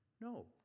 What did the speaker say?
No